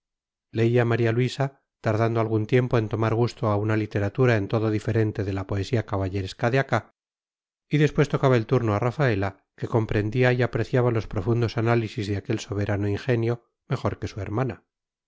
leía maría luisa tardando algún tiempo en tornar gusto a una literatura en todo diferente de la poesía caballeresca de acá y después tocaba el turno a rafaela que comprendía y apreciaba los profundos análisis de aquel soberano ingenio mejor que su hermana